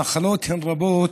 המחלות הן רבות,